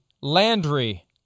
Landry